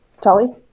Tully